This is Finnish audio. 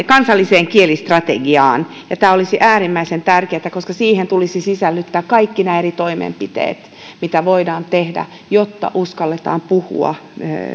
kansalliskielistrategiaa ja tämä olisi äärimmäisen tärkeätä koska siihen tulisi sisällyttää kaikki nämä eri toimenpiteet mitä voidaan tehdä jotta uskalletaan puhua